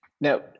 Now